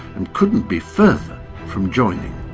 and couldn't be further from joining.